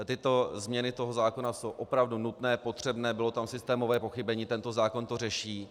Tyto změny zákona jsou opravdu nutné, potřebné, bylo tam systémové pochybení, tento zákon to řeší.